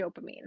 dopamine